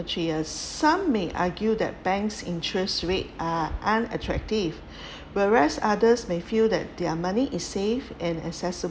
three is some may argue that bank's interest rate are unattractive whereas others may feel that their money is safe and accessible